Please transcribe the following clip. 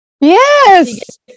Yes